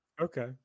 okay